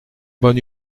bonne